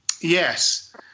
Yes